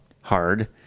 hard